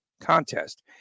contest